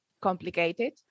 complicated